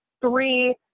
three